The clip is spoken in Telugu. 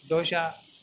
దోశ